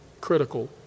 critical